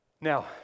Now